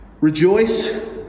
Rejoice